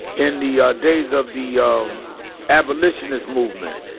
and the ah days of the um abolitionist movement.